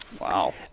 Wow